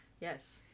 Yes